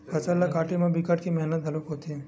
फसल ल काटे म बिकट के मेहनत घलोक होथे